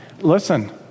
Listen